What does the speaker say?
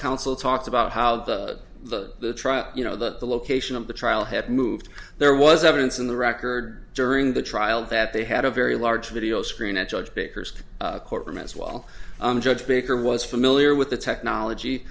counsel talked about how the the trial you know that the location of the trial had moved there was evidence in the record during the trial that they had a very large video screen at judge baker's courtroom as well judge baker was familiar with the technology